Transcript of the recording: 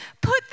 Put